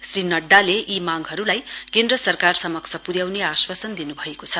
श्री नड्डाले यी मांगहरुलाई केन्द्र सरकार समक्ष पर्याउने आश्वासन दिन्भएको छ